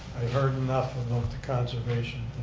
heard and nothing ah with the conservation